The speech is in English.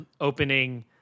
opening